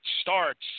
starts